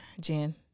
Jen